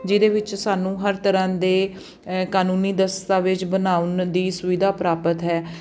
ਜਿਹਦੇ ਵਿੱਚ ਸਾਨੂੰ ਹਰ ਤਰ੍ਹਾਂ ਦੇ ਕਾਨੂੰਨੀ ਦਸਤਾਵੇਜ਼ ਬਣਾਉਣ ਦੀ ਸੁਵਿਧਾ ਪ੍ਰਾਪਤ ਹੈ